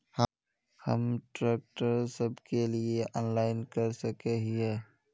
हम ट्रैक्टर सब के लिए ऑनलाइन कर सके हिये?